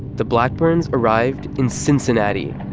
the blackburns arrived in cincinnati.